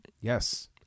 Yes